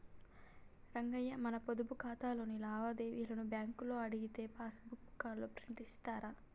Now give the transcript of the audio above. రంగయ్య మన పొదుపు ఖాతాలోని లావాదేవీలను బ్యాంకులో అడిగితే పాస్ పుస్తకాల్లో ప్రింట్ చేసి ఇస్తారు